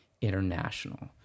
International